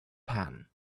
pan